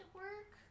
work